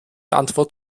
antwort